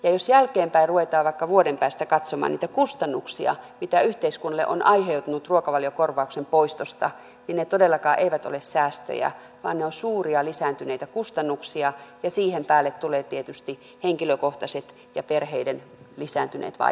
jos jälkeenpäin vaikka vuoden päästä ruvetaan katsomaan niitä kustannuksia mitä yhteiskunnalle on aiheutunut ruokavaliokorvauksen poistosta niin ne todellakaan eivät ole säästöjä vaan ne ovat suuria lisääntyneitä kustannuksia ja siihen päälle tulevat tietysti henkilökohtaiset ja perheiden lisääntyneet vaikeudet